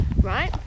Right